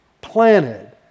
planted